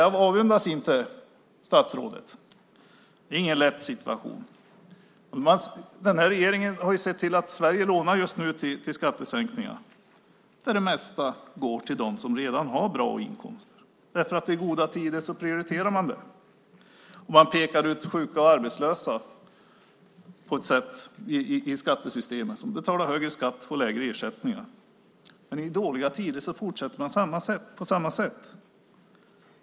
Jag avundas inte statsrådet. Det är ingen lätt situation. Den här regeringen har sett till att Sverige just nu lånar till skattesänkningar; det mesta går till dem som redan har bra inkomster. I goda tider prioriterar man dem. Man pekar ut sjuka och arbetslösa i skattesystemet så att de betalar högre skatt och får lägre ersättningar. I dåliga tider fortsätter man på samma sätt.